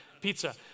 pizza